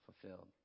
fulfilled